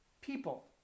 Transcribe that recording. people